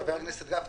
חבר הכנסת גפני,